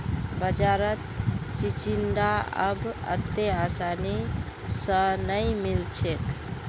बाजारत चिचिण्डा अब अत्ते आसानी स नइ मिल छेक